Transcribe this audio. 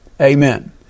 Amen